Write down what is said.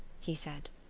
he said.